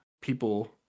people